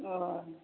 अ